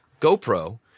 GoPro